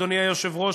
אדוני היושב-ראש,